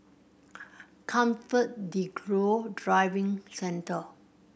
ComfortDelGro Driving Centre